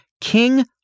King